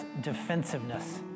defensiveness